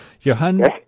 Johan